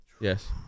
Yes